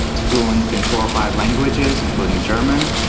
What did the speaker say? he's fluent in four or five languages including german.